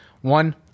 one